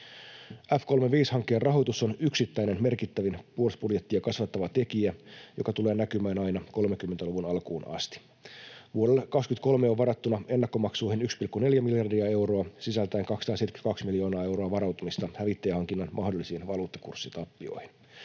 F-35-hankkeen rahoitus on merkittävin yksittäinen puolustusbudjettia kasvattava tekijä, joka tulee näkymään aina 30-luvun alkuun asti. Vuodelle 23 on varattuna ennakkomaksuihin 1,4 miljardia euroa sisältäen 272 miljoonaa euroa varautumista hävittäjähankinnan mahdollisiin valuuttakurssitappioihin.